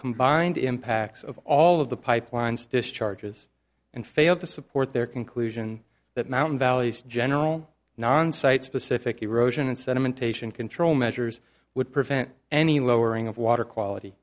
combined impacts of all of the pipelines discharges and fail to support their conclusion that mountain valleys general non site specific erosion and sedimentation control measures would prevent any lowering of water quality